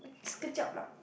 sekejap lah